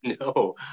no